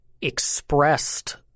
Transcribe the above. expressed –